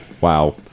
wow